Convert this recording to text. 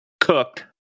cooked